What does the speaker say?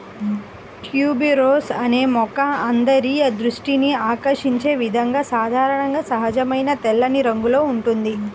tuberose అనే మొక్క అందరి దృష్టిని ఆకర్షించే విధంగా సాధారణంగా సహజమైన తెల్లని రంగులో ఉంటుంది